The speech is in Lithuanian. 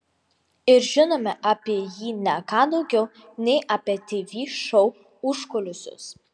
ir žinome apie jį ne ką daugiau nei apie tv šou užkulisius